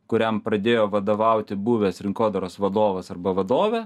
kuriam pradėjo vadovauti buvęs rinkodaros vadovas arba vadovė